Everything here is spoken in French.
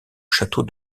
château